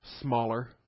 smaller